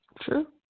True